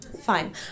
Fine